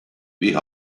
wie